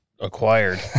acquired